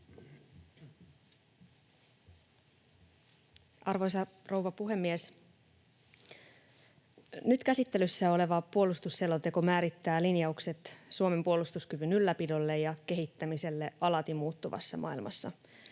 Arvoisa rouva puhemies! Nyt käsittelyssä oleva puolustusselonteko määrittää linjaukset Suomen puolustuskyvyn ylläpidolle ja kehittämiselle alati muuttuvassa maailmassa.